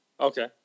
Okay